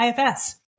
IFS